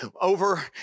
Over